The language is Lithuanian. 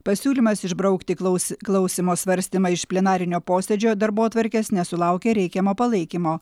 pasiūlymas išbraukti klaus klausymo svarstymą iš plenarinio posėdžio darbotvarkės nesulaukė reikiamo palaikymo